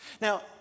Now